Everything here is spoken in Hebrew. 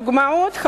הדוגמאות האחרונות,